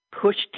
pushed